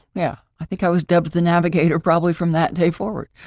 yeah, i think i was dubbed the navigator probably from that day forward.